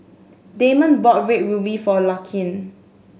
Damond bought Red Ruby for Larkin